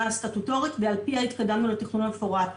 סטטוטורית ועל פיה התקדמנו לתכנון המפורט.